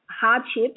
hardships